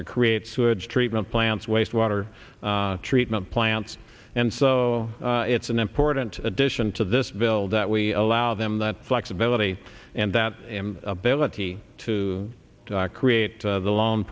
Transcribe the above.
to create sewage treatment plants wastewater treatment plants and so it's an important addition to this bill that we allow them that flexibility and that ability to create the l